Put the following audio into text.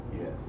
Yes